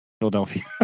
Philadelphia